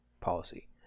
policy